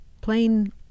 plain